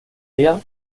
día